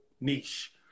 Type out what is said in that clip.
niche